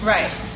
Right